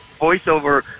voiceover